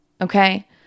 okay